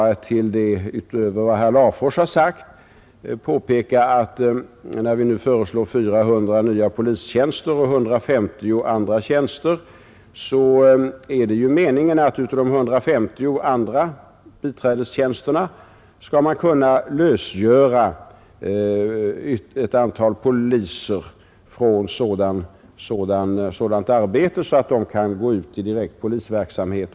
Till det, och utöver vad herr Larfors sade, vill jag lägga att när vi nu föreslår 400 nya polistjänster och 150 biträdestjänster, så är det meningen att man tack vare de sistnämnda 150 tjänsterna skall kunna lösgöra ett antal poliser från sådant arbete och låta dem gå ut i direkt polisverksamhet.